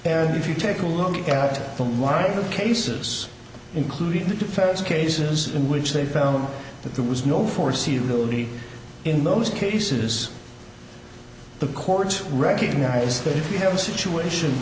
and if you take a look at one of the cases including the defense cases in which they found that there was no foreseeability in those cases the court recognized that if you have a situation